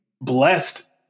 blessed